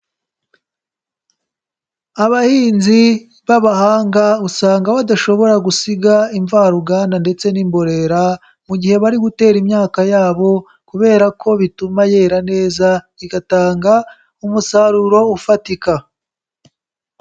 Abahinzi b'abahanga usanga badashobora gusiga imvaruganda ndetse n'imborera mu gihe bari gutera imyaka yabo kubera ko bituma yera neza igatanga umusaruro ufatika.